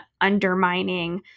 undermining